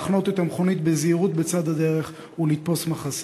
להחנות את המכונית בזהירות בצד הדרך ולתפוס מחסה.